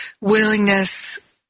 willingness